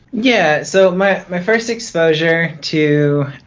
yeah, so my my first exposure to